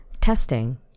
testing